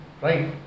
right